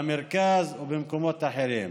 במרכז או במקומות אחרים.